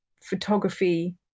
photography